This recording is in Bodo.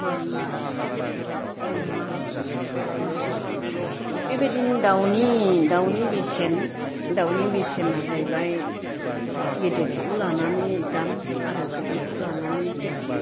बोरमा अमा मोसौ बे बायदिनो दाउनि दाउनि बेसेन दाउनि बेसेना जाहैबाय गेदेदखौ लानानै दाम आरो गोरलैखौ लानानै दाम